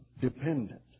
dependent